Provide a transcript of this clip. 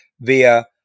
via